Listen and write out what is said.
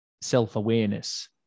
self-awareness